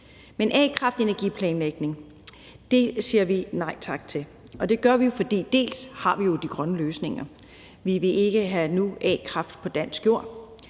Men a-kraft-energiplanlægning siger vi nej tak til, og det gør vi, fordi vi dels har de grønne løsninger, og vi vil ikke have a-kraft på dansk jord